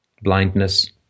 blindness